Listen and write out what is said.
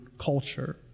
culture